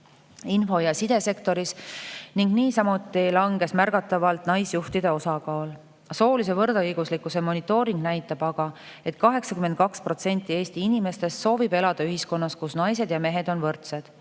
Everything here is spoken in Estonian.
info‑ ja sidesektoris, langes ka märgatavalt naisjuhtide osakaal. Soolise võrdõiguslikkuse monitooring aga näitab, et 82% Eesti inimestest soovib elada ühiskonnas, kus naised ja mehed on võrdsed.